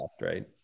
right